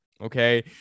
Okay